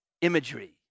imagery